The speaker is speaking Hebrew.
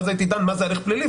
ואז הייתי דן מה זה הליך פלילי.